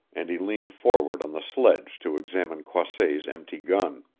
and he leaned forward on the sledge to examine croisset's empty gun.